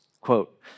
quote